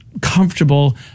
comfortable